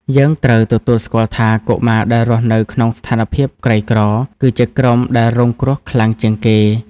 យើងត្រូវទទួលស្គាល់ថា កុមារដែលរស់នៅក្នុងស្ថានភាពក្រីក្រ គឺជាក្រុមដែលរងគ្រោះខ្លាំងជាងគេ។